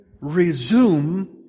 resume